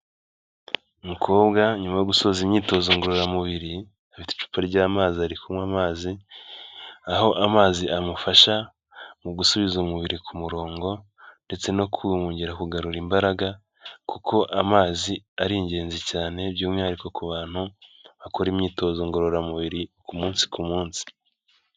Umukobwa nyuma yo gusoza imyitozo ngororamubiri, afite icupa ry'amazi ari kunywa amazi, aho amazi amufasha mu gusubiza umubiri ku murongo ndetse no kongera kugarura imbaraga kuko amazi ari ingenzi cyane, by'umwihariko ku bantu bakora imyitozo ngororamubiri ku munsi ku munsi.